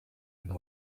and